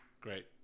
great